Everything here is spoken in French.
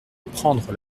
prendre